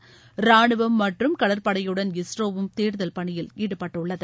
் ரானுவம் மற்றும் கடற்படையுடன் இஸ்ரோவும் தேடுதல் பணியில் ஈடுபட்டுள்ளது